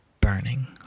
burning